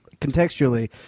contextually